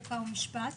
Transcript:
חוק ומשפט.